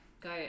go